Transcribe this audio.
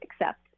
accept